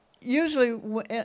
usually